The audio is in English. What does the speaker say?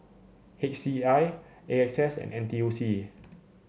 H C I A X S and N T U C